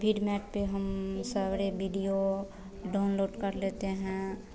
Vidmate पर हम सारे वीडिओ डाउनलोड कर लेते हैं